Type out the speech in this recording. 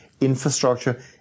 infrastructure